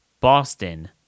Boston